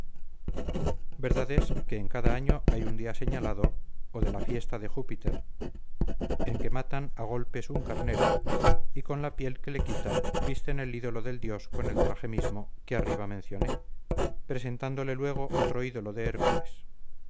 verdad es que en cada año hay un día señalado o de la fiesta de júpiter en que matan a golpes un carnero y con la piel que le quitan visten el ídolo del dios con el traje mismo que arriba mencioné presentándole luego otro ídolo de hércules